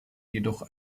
jedoch